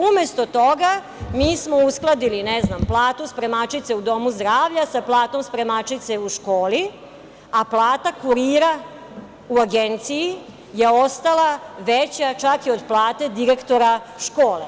Umesto toga mi smo uskladili, ne znam, platu spremačice u domu zdravlja sa platom spremačice u školi, a plate kurira u agenciji je ostala veća čak i od plate direktora škole.